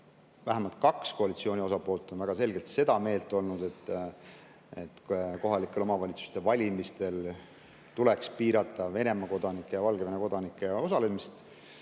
Vähemalt kaks koalitsiooni osapoolt on olnud väga selgelt seda meelt, et kohalike omavalitsuste valimistel tuleks piirata Venemaa kodanike ja Valgevene kodanike osalemist.